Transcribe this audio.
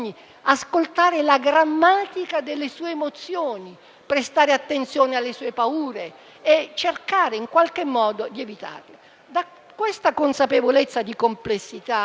ascoltare la grammatica delle sue emozioni, prestare attenzione alle sue paure e cercare in qualche modo di evitarle. Da tale consapevolezza di complessità